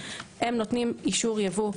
הם נותנים אישור ייבוא.